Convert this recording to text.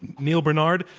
neal barnard,